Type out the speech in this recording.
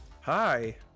Hi